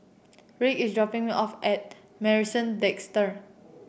Ricky is dropping me off at Marrison Desker